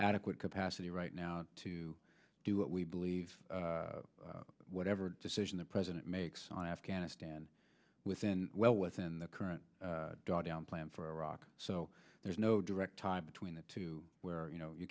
adequate capacity right now to do what we believe whatever decision the president makes on afghanistan within well within the current draw down plan for iraq so there's no direct tie between the two where you know you